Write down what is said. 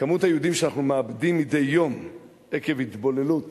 כמות היהודים שאנחנו מדי יום מאבדים עקב התבוללות